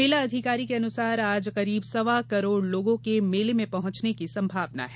मेला अधिकारी के अनुसार आज करीब सवा करोड़ लोगों के मेले में पहुंचे की संभावना है